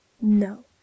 No